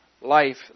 life